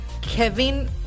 Kevin